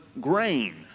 grain